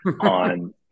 on